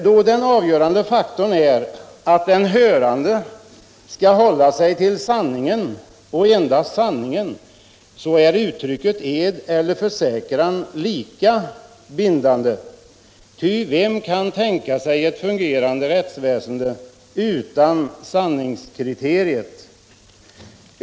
Då den avgörande faktorn är att den hörde skall hålla sig till sanningen och endast sanningen, så är uttrycket ed eller försäkran lika bindande. Ty vem kan tänka sig ett fungerande rättsväsende utan sanningskriteriet?